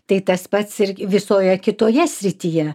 tai tas pats ir visoje kitoje srityje